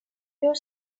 your